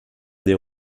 des